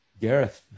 Gareth